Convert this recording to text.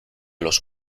los